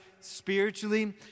Spiritually